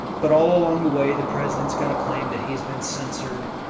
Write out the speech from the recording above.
but all along the way, the president's going to claim that he has been censored.